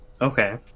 Okay